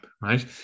right